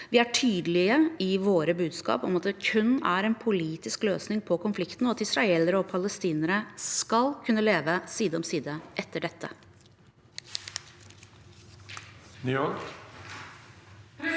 Vi er tydelige i vårt budskap om at det kun er en politisk løsning på konflikten, og at israelere og palestinere skal kunne leve side om side etter dette.